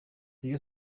rayon